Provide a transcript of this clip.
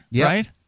right